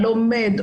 לומד,